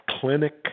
clinic